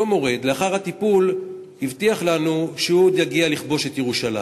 אותו מורד לאחר הטיפול הבטיח לנו שהוא עוד יגיע לכבוש את ירושלים.